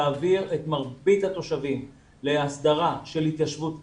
תעביר את מרבית התושבים להסדרה של התיישבות קבע.